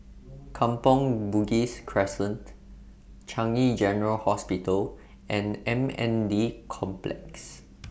Kampong Bugis Crescent Changi General Hospital and M N D Complex